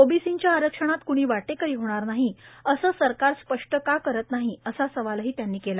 ओबीसींच्या आरक्षणात कुणी वाटेकरी होणार नाही असं सरकार स्पष्ट का करत नाही असा सवाल त्यांनी केला